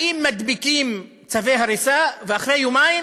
באים, מדביקים צווי הריסה ואחרי יומיים: